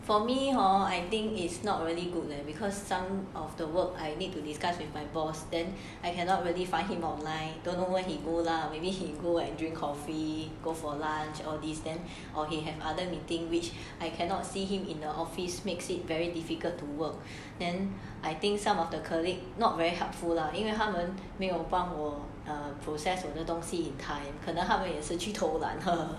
for me hor I think is not really good leh because some of the work I need to discuss with my boss then I cannot really find him online don't know where he go lah maybe he go and drink coffee go for lunch all these then or have other meeting which I cannot see him in the office makes it very difficult to work then I think some of the colleague not very helpful lah 因为他们没有帮我 process 我的东西 in time 可能他们也是去偷懒